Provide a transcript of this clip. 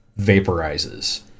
vaporizes